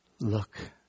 look